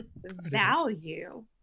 value